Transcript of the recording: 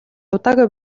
удаагүй